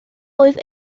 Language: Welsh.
oedd